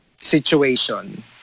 situation